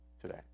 today